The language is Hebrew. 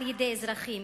על-ידי אזרחים.